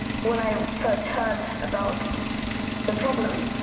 when i first heard about the problem,